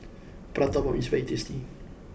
Prata Bomb is very tasty